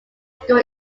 school